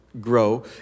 grow